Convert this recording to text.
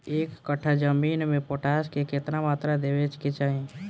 एक कट्ठा जमीन में पोटास के केतना मात्रा देवे के चाही?